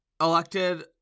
elected